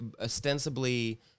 Ostensibly